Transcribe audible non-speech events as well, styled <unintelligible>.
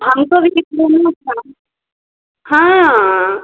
हमको भी <unintelligible> हाँ